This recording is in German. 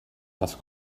das